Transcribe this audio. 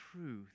truth